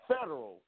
federal